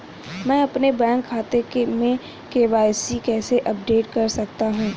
मैं अपने बैंक खाते में के.वाई.सी कैसे अपडेट कर सकता हूँ?